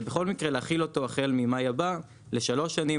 ובכל מקרה להחיל אותו החל ממאי הבא לשלוש שנים